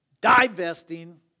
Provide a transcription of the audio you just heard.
divesting